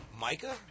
Micah